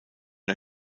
der